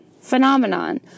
Phenomenon